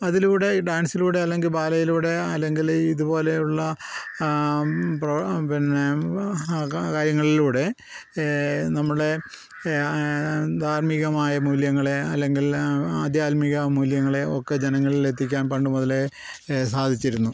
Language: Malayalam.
അതിലൂടെ ഈ ഡാൻസിലൂടെ അല്ലെങ്കിൽ ബാലയിലൂടെയാണ് അല്ലെങ്കിൽ ഇതുപോലെയുള്ള പിന്നെ കാര്യങ്ങളിലൂടെ നമ്മളെ ധാർമികമായ മൂല്യങ്ങളെ അല്ലെങ്കിൽ ആധ്യാത്മിക മൂല്യങ്ങളെയോ ഒക്കെ ജനങ്ങളിൽ എത്തിക്കാൻ പണ്ട് മുതലേ സാധിച്ചിരുന്നു